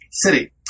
city